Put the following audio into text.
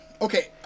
okay